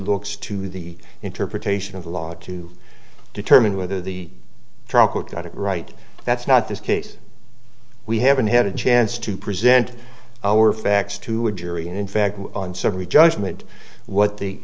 looks to the interpretation of the law to determine whether the trial court got it right that's not this case we haven't had a chance to present our facts to a jury and in fact on several judgment what the